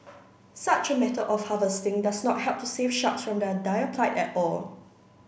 such a method of harvesting does not help to save sharks from their dire plight at all